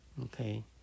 okay